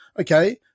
okay